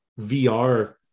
VR